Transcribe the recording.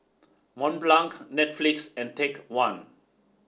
Mont Blanc Netflix and Take One